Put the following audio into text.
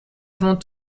avant